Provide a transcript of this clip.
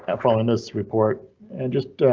and following this report and just